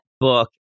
book